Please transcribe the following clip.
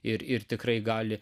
ir ir tikrai gali